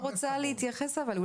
רגע, שנייה אני רק רוצה להתייחס אבל.